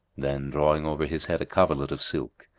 then, drawing over his head a coverlet of silk,